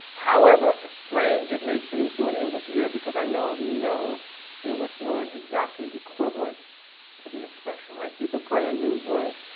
however strange it may seem to an english ear, because i know of english word exactly equivalent to the expression, right. it is a brand new word.